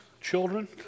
children